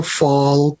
fall